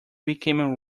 became